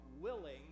willing